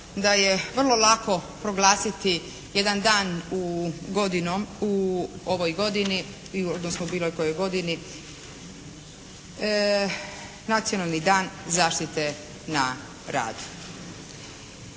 da je vrlo lako proglasiti jedan dan u ovoj godini, odnosno u bilo kojoj godini, nacionalni dan zaštite na radu.